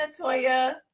Natoya